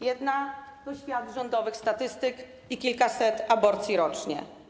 Jedna to świat rządowych statystyk i kilkaset aborcji rocznie.